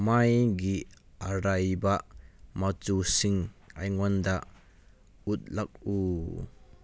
ꯃꯩꯒꯤ ꯑꯔꯩꯕ ꯃꯆꯨꯁꯤꯡ ꯑꯩꯉꯣꯟꯗ ꯎꯠꯂꯛꯎ